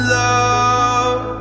love